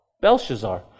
Belshazzar